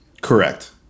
Correct